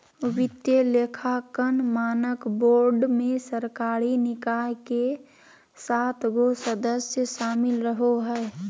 वित्तीय लेखांकन मानक बोर्ड मे सरकारी निकाय के सात गो सदस्य शामिल रहो हय